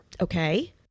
Okay